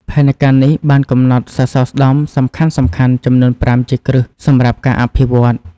ផែនការនេះបានកំណត់សសរស្តម្ភសំខាន់ៗចំនួន៥ជាគ្រឹះសម្រាប់ការអភិវឌ្ឍ។